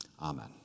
Amen